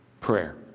prayer